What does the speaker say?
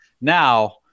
Now